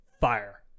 fire